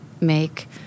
make